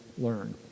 learn